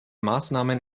maßnahmen